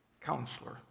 Counselor